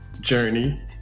journey